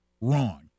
wrong